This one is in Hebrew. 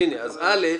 (א)